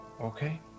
Okay